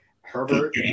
Herbert